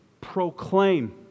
proclaim